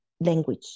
language